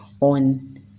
on